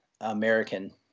American